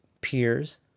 peers